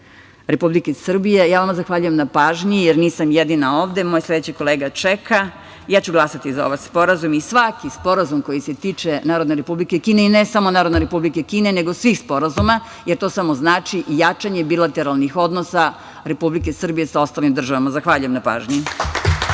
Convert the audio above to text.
Republike Srbije. Ja vam zahvaljujem na pažnji, jer nisam jedina ovde. Moj sledeći kolega čeka. Ja ću glasati za ovaj sporazum i svaki sporazum koji se tiče Narodne Republike Kine i ne samo Narodne Republike Kine, nego svih sporazuma, jer to samo znači jačanje bilateralnih sporazuma Republike Srbije sa ostalim državama. Zahvaljujem na pažnji.